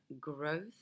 growth